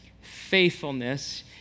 faithfulness